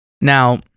Now